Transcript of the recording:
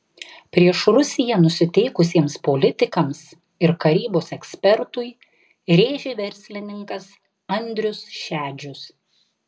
prieš rusiją nusiteikusiems politikams ir karybos ekspertui rėžė verslininkas andrius šedžius